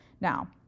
Now